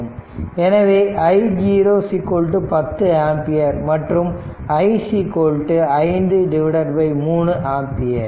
எனவே i0 10 ampere மற்றும் i 53 ampere